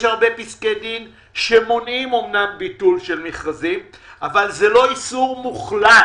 יש הרבה פסקי דין שאמנם מונעים ביטול של מכרזים אבל זה לא איסור מוחלט.